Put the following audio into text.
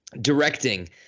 directing